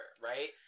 right